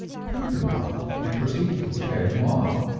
picked him up and proceeded to carry him off,